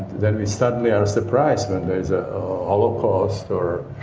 then we suddenly are surprised when there is a holocaust or